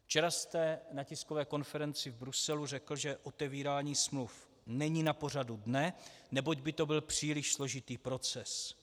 Včera jste na tiskové konferenci v Bruselu řekl, že otevírání smluv není na pořadu dne, neboť by to byl příliš složitý proces.